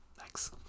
thanks